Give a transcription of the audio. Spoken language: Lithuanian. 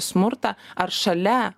smurtą ar šalia